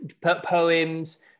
poems